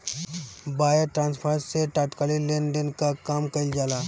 wire transfer से तात्कालिक लेनदेन कअ काम कईल जाला